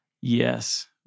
Yes